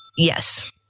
Yes